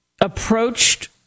approached